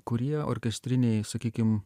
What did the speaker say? kurie orkestrinėj sakykim